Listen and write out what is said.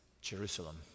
Jerusalem